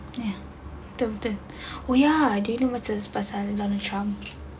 ya betul betul wei ya dia ni macam pasal donald trump